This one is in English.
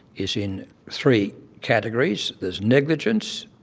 is in three categories there's negligence,